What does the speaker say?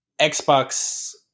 Xbox